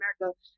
America